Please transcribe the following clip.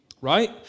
right